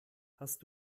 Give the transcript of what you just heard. hast